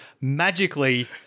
Magically